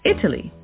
Italy